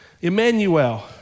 Emmanuel